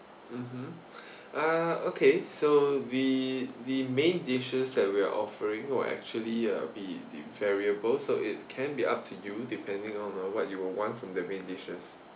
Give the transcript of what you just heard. mmhmm uh okay so the the main dishes that we're offering will actually uh be the variable so it can be up to you depending on uh what you will want from the main dishes